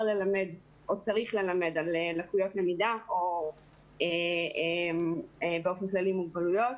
ללמה או צריך ללמד על לקויות למידה או באופן כללי על מוגבלויות.